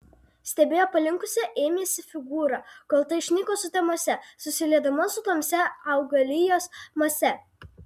stebėjo palinkusią ėmėsi figūrą kol ta išnyko sutemose susiliedama su tamsia augalijos mase